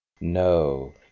No